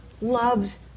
loves